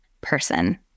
person